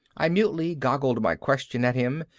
i mutely goggled my question at him,